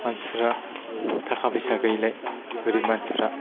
मानसिफोरा थाखा फैसा गैयिलाय गोरिब मानसिफोरा